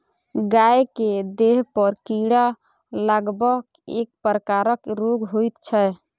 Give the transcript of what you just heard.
गाय के देहपर कीड़ा लागब एक प्रकारक रोग होइत छै